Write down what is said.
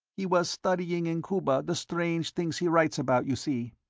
he was studying in cuba the strange things he writes about, you see.